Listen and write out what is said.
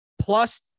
plus